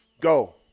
go